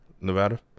Nevada